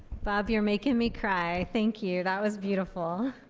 bob you're making me cry. thank you that was beautiful.